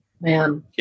man